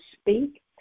speak